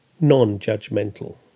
non-judgmental